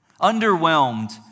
underwhelmed